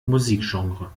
musikgenre